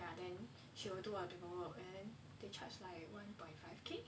ya then she will do the paperwork and they charge like one point five K